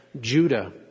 Judah